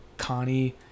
Connie